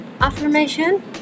affirmation